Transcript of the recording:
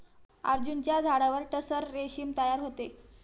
अर्जुनाच्या झाडावर टसर रेशीम तयार होते